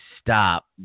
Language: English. stop